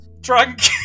drunk